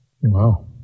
Wow